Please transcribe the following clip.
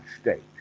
state